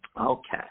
Okay